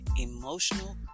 emotional